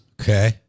Okay